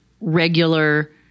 regular